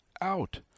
out